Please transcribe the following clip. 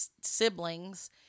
siblings